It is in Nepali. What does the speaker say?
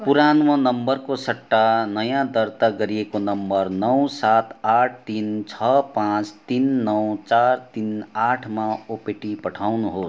पुरानो नम्बरको सट्टा नयाँ दर्ता गरिएको नम्बर नौ सात आठ तिन छ पाँच तीन नौ चार तिन आठमा ओपिटी पठाउनु हो